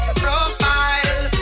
profile